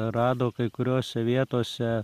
rado kai kuriose vietose